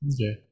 okay